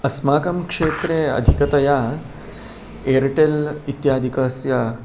अस्माकं क्षेत्रे अधिकतया एर्टेल् इत्यादिकस्य